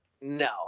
No